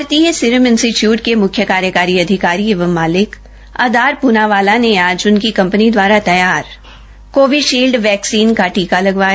भारतीय serum institute के मुख्य कार्यकारी अधिकारी एवं मालिक अदार पूना बाला ने आज उनकी कंपनी द्वारा तैयार कोवीषील्ड वैक्सीन का टीका लगवाया